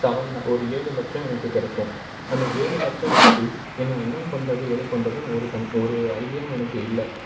seven ஒரு ஏழு லட்சம் எனக்கு கிடைக்கும் அந்த ஏழு லட்சம் வச்சு என்ன என்னப் பண்ணுறது ஏதுப் பண்ணுறதுன்னு ஒரு கன் ஒரு ஐடியாவும் எனக்கு இல்லை